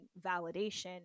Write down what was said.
validation